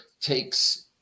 takes